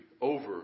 over